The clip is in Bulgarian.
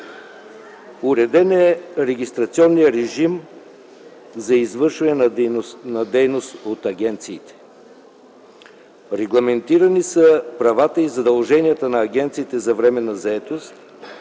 Уреден е регистрационният режим за извършването на дейност от агенциите. Регламентирани са правата и задълженията на агенциите за временна заетост,